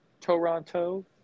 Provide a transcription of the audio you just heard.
Toronto